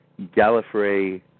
Gallifrey